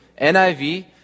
NIV